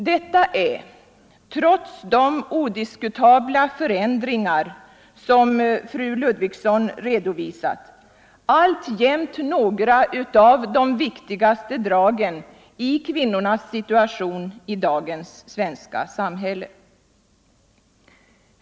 Detta är, trots de odiskutabla förändringar som fru Ludvigsson redovisat, alltjämt några av de viktigaste dragen i kvinnornas situation i dagens svenska samhälle.